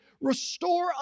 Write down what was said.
Restore